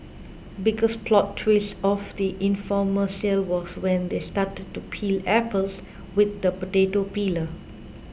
biggest plot twist of the infomercial was when they started to peel apples with the potato peeler